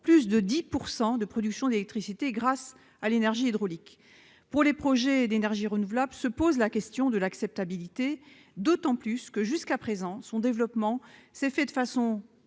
pour 100 de production d'électricité grâce à l'énergie hydraulique pour les projets d'énergies renouvelables, se pose la question de l'acceptabilité d'autant plus que jusqu'à présent son développement s'est fait de façon